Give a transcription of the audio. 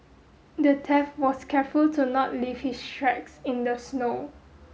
the theft was careful to not leave his tracks in the snow